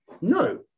no